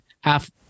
half